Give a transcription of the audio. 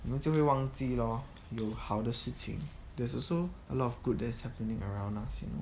you know 就会忘记 lor 有好的事情 there's also a lot of good that's happening around us you know